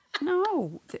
No